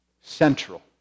central